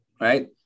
right